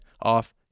off